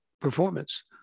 performance